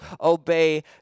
obey